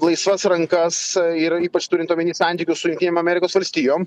laisvas rankas ir ypač turint omeny santykius su jungtinėm amerikos valstijom